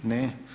Ne.